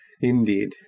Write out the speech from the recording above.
Indeed